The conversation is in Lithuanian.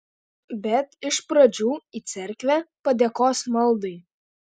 bet iš pradžių į cerkvę padėkos maldai